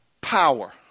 power